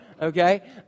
Okay